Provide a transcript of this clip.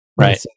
Right